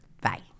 Bye